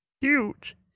huge